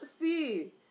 See